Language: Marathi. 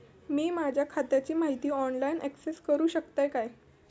मी माझ्या खात्याची माहिती ऑनलाईन अक्सेस करूक शकतय काय?